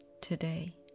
today